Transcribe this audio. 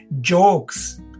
Jokes